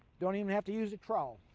don't even havwe to use a trough.